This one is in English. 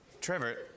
Trevor